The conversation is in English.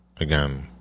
Again